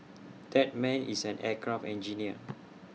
that man is an aircraft engineer